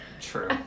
True